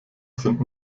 sind